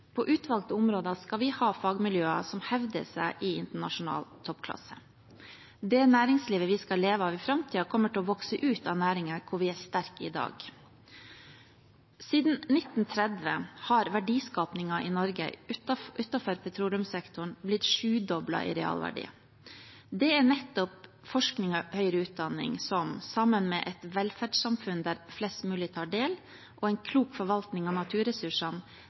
På utvalgte områder skal vi ha fagmiljøer som hevder seg i internasjonal toppklasse. Det næringslivet vi skal leve av i framtiden, kommer til å vokse ut av næringer hvor vi er sterke i dag. Siden 1930 har verdiskapingen i Norge utenfor petroleumssektoren blitt sjudoblet i realverdi. Det er nettopp forskning og høyere utdanning som – sammen med et velferdssamfunn der flest mulig tar del, og en klok forvaltning av naturressursene